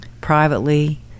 privately